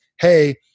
hey